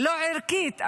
לא ערכית,